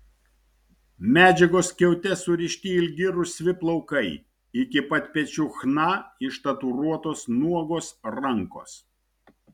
medžiagos skiaute surišti ilgi rusvi plaukai iki pat pečių chna ištatuiruotos nuogos rankos